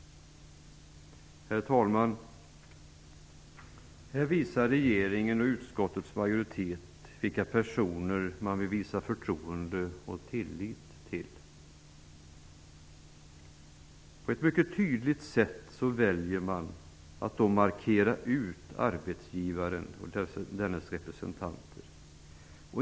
Herr talman! Här visar regeringen och utskottets majoritet vilka personer man vill visa förtroende för och tillit till. På ett mycket tydligt sätt väljer man att markera ut arbetsgivaren och dennas representanter.